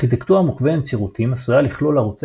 ארכיטקטורה מוכוונת שירותים עשויה לכלול ערוצי